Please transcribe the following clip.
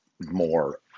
more